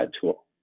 tool